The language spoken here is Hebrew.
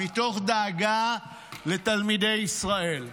לפני שבוע קיימתי דיון וביקשתי לשבת למשא ומתן בין